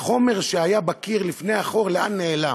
החומר שהיה בקיר לפני החור, לאן נעלם?